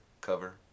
cover